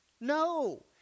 No